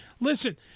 Listen